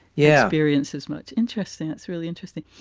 yeah experience is much interesting. it's really interesting.